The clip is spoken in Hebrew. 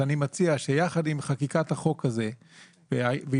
אני מציע שיחד עם חקיקת החוק הזה ואישורו,